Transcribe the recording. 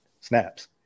snaps